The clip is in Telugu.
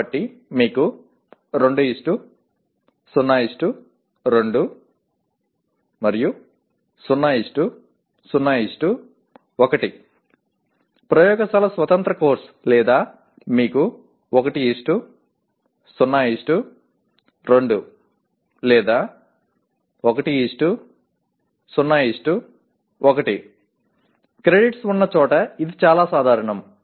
కాబట్టి మీకు 202 001 ప్రయోగశాల స్వతంత్ర కోర్సు లేదా మీకు 102 లేదా 101 క్రెడిట్స్ ఉన్న చోట ఇది చాలా సాధారణం